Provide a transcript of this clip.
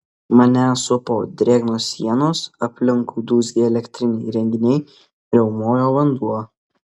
mane supo drėgnos sienos aplinkui dūzgė elektriniai įrenginiai riaumojo vanduo